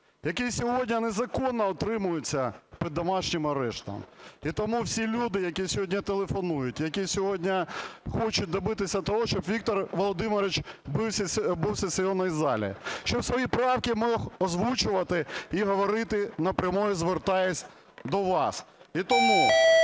який сьогодні незаконно утримується під домашнім арештом. І тому всі люди, які сьогодні телефонують, які сьогодні хочуть добитися того, щоб Віктор Володимирович був у сесійній залі, щоб свої правки міг озвучувати і говорити напряму, звертаючись до вас. І тому